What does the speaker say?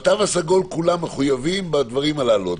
בתו הסגול כולם מחויבים בדברים הללו.